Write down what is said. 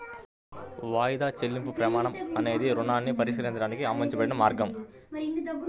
వాయిదా చెల్లింపు ప్రమాణం అనేది రుణాన్ని పరిష్కరించడానికి ఆమోదించబడిన మార్గం